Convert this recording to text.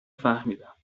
فهمیدم